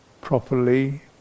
properly